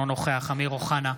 אינו נוכח אמיר אוחנה,